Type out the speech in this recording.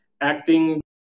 acting